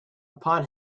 upon